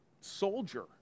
soldier